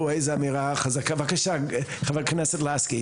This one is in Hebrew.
איזה אמירה חזקה, בבקשה חברת הכנסת לסקי.